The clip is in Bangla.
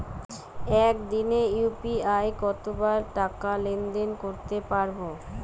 একদিনে ইউ.পি.আই কতবার টাকা লেনদেন করতে পারব?